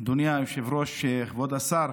אדוני היושב-ראש, כבוד השר,